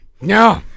No